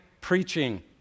preaching